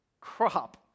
crop